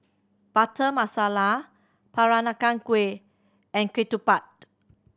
Butter Masala Peranakan Kueh and ketupat